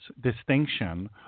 distinction